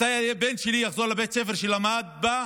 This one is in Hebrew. מתי הבן שלי יחזור לבית הספר שלמד בו,